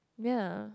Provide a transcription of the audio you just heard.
ya